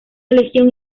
legión